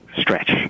stretch